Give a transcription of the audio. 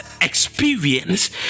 experience